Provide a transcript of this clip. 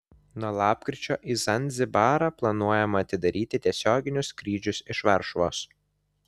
nuo lapkričio į zanzibarą planuojama atidaryti tiesioginius skrydžius iš varšuvos